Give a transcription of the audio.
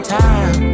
time